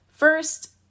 First